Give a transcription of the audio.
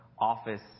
office